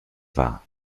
war